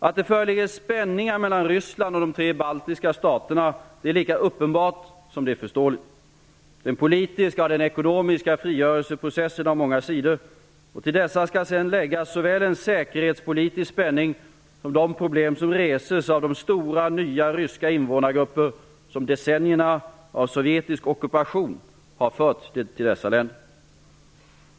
Att det föreligger spänningar mellan Ryssland och de tre baltiska staterna är lika uppenbart som förståeligt. Den politiska och ekonomiska frigörelseprocessen har många sidor, och till dessa skall sedan läggas såväl en säkerhetspolitisk spänning som de problem som reses av de stora nya ryska invånargrupper som decennierna av sovjetisk ockupation har fört till dessa länder.